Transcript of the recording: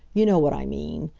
you know what i mean.